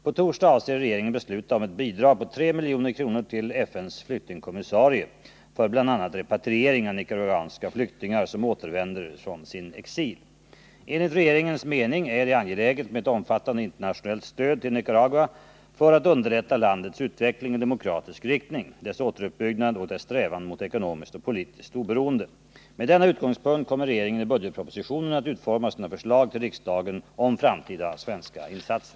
På torsdag avser regeringen besluta om ett bidrag på 3 milj.kr. till FN:s flyktingkommissarie för bl.a. repatriering av nicaraguanska flyktingar som återvänder från sin exil. Enligt regeringens mening är det angeläget med ett omfattande internationellt stöd till Nicaragua för att underlätta landets utveckling i demokratisk riktning, dess återuppbyggnad och dess strävanden mot ekonomiskt och politiskt oberoende. Med denna utgångspunkt kommer regeringen i budgetpropositionen att utforma sina förslag till riksdagen om framtida svenska insatser.